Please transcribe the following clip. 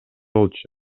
болчу